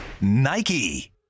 Nike